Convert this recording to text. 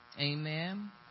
amen